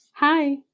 Hi